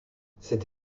cette